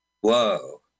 Whoa